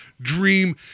Dream